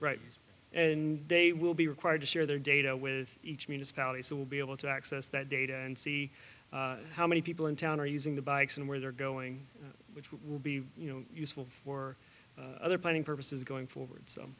right and they will be required to share their data with each municipality so we'll be able to access that data and see how many people in town are using the bikes and where they're going which will be you know useful for other planning purposes going forward so